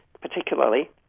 particularly